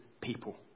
people